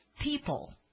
people